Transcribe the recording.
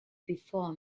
before